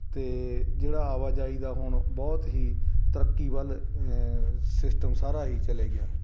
ਅਤੇ ਜਿਹੜਾ ਆਵਾਜਾਈ ਦਾ ਹੁਣ ਬਹੁਤ ਹੀ ਤਰੱਕੀ ਵੱਲ ਸਿਸਟਮ ਸਾਰਾ ਹੀ ਚਲੇ ਗਿਆ ਹੈ